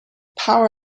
power